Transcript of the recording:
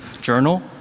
Journal